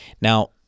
Now